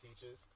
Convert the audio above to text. teachers